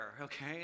okay